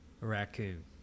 raccoon